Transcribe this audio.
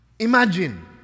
Imagine